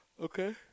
Okay